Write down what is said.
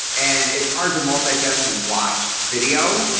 and it's hard to multitask and watch video.